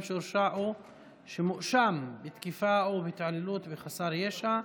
שהורשע או שמואשם בתקיפה או בהתעללות בחסר ישע.